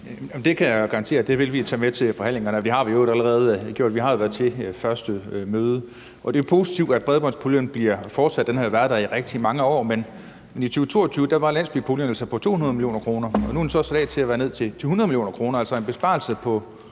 Det kan jeg jo garantere at vi vil tage med til forhandlingerne, og det har vi i øvrigt allerede gjort. Vi har jo været til det første møde, og det er positivt, at bredbåndspuljen bliver fortsat. Den har jo været der i rigtig mange år, men i 2022 var landsbypuljen på 200 mio. kr., og nu er den så afsat til at være nede på 100 mio. kr., altså en besparelse på